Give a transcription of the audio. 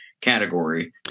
category